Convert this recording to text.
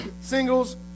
singles